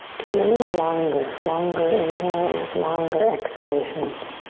to be a little longer, longer inhales, longer exhalations.